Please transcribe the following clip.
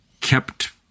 kept